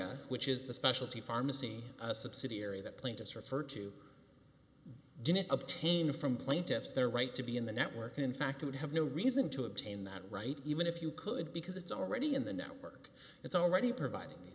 robbia which is the specialty pharmacy subsidiary that plaintiffs refer to didn't obtain from plaintiffs their right to be in the network and in fact would have no reason to obtain that right even if you could because it's already in the network it's already providing